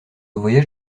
voyage